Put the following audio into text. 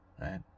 right